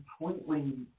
completely